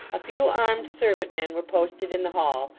a few armed servant-men were posted in the hall,